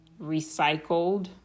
recycled